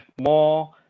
more